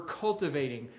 cultivating